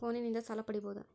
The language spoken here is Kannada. ಫೋನಿನಿಂದ ಸಾಲ ಪಡೇಬೋದ?